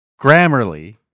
Grammarly